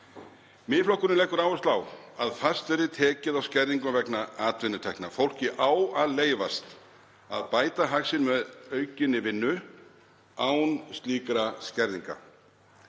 Miðflokkurinn leggur áherslu á að fast verði tekið á skerðingum vegna atvinnutekna. Fólki á að leyfast að bæta hag sinn með aukinni vinnu án slíkra skerðinga.